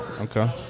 Okay